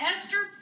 Esther